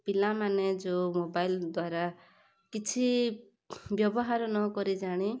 ପିଲାମାନେ ଯେଉଁ ମୋବାଇଲ୍ ଦ୍ୱାରା କିଛି ବ୍ୟବହାର ନ କରି ଜାଣି